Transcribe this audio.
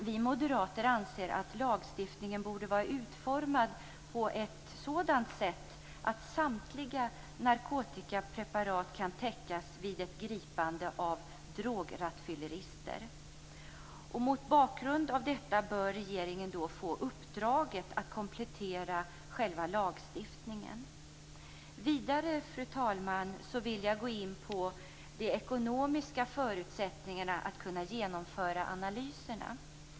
Vi moderaterna anser att lagstiftningen borde vara utformad på ett sådant sätt att samtliga narkotikapreparat kan upptäckas vid ett gripande av drograttfyllerister. Mot bakgrund av detta bör regeringen få i uppdrag att komplettera själva lagstiftningen. Fru talman! Vidare vill jag gå in på de ekonomiska förutsättningar för att kunna genomföra analyserna.